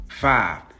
Five